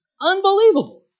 Unbelievable